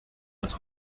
als